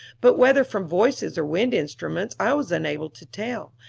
but whether from voices or wind-instruments i was unable to tell,